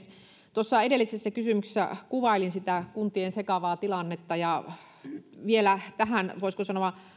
tuossa edellisessä kysymyksessä kuvailin sitä kuntien sekavaa tilannetta ja tähän voisiko sanoa